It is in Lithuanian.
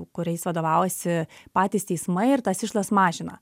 kuriais vadovaujasi patys teismai ir tas išlaidas mažina